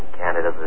canada